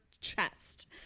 chest